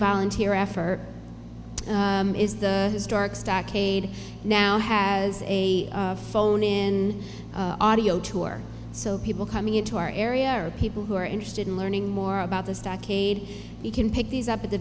volunteer effort is the historic stockade now has a phone in audio tour so people coming into our area or people who are interested in learning more about this decade you can pick these up at the